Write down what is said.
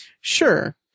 Sure